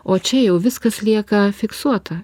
o čia jau viskas lieka fiksuota